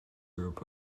group